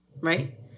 right